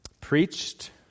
preached